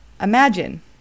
Imagine